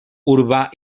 urbà